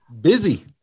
busy